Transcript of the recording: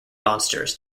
monsters